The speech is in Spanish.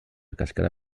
cascada